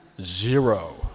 Zero